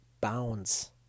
bounds